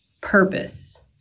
purpose